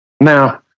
Now